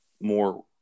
more